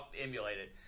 emulated